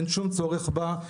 אין שום צורך בה.